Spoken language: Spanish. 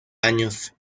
años